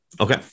Okay